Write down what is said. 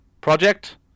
project